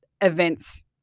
events